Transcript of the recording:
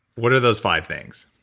what are those five things?